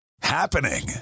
happening